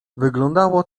wyglądało